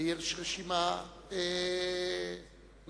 ויש רשימה מקומית.